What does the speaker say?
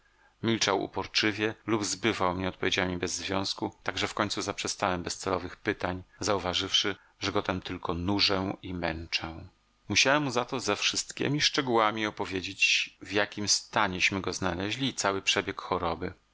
milczał uporczywie lub zbywał mnie odpowiedziami bez związku tak że w końcu zaprzestałem bezcelowych pytań zauważywszy że go tem tylko nużę i męczę musiałem mu za to ze wszystkiemi szczegółami opowiedzieć w jakim stanieśmy go znaleźli i cały przebieg choroby